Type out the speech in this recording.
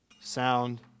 sound